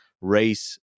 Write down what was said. race